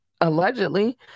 allegedly